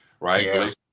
Right